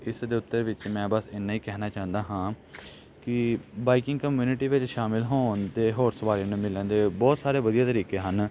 ਇਸ ਦੇ ਉੱਤੇ ਵਿੱਚ ਮੈਂ ਬਸ ਇੰਨਾ ਹੀ ਕਹਿਣਾ ਚਾਹੁੰਦਾ ਹਾਂ ਕਿ ਬਾਈਕਿੰਗ ਕਮਿਊਨਿਟੀ ਵਿੱਚ ਸ਼ਾਮਿਲ ਹੋਣ 'ਤੇ ਹੋਰ ਸਵਾਰੀਆਂ ਨੂੰ ਮਿਲਣ ਦੇ ਬਹੁਤ ਸਾਰੇ ਵਧੀਆ ਤਰੀਕੇ ਹਨ